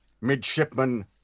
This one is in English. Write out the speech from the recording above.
Midshipman